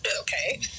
okay